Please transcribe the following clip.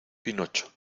pinocho